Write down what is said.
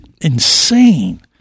insane